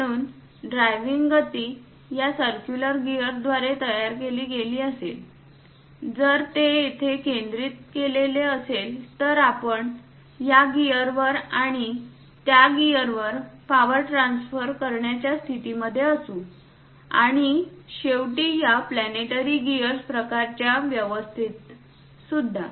म्हणून ड्रायव्हिंग गती या सर्क्युलर गीयरद्वारे तयार केली गेली असेल जर ते येथे केंद्रीत केलेले असेल तर आपण या गीयरवर आणि त्या गिअर वर पावर ट्रान्सफर करण्याच्या स्थितीमध्ये असू आणि शेवटी या प्लॅनेटरी गीयर प्रकारच्या व्यवस्थेत सुद्धा